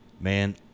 man